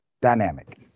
dynamic